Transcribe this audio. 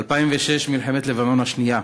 2006, מלחמת לבנון השנייה.